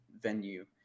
venue